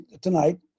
tonight